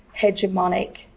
hegemonic